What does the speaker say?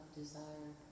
desire